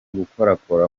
gukorakora